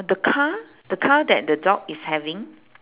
the car the car that the dog is having